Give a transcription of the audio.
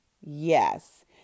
Yes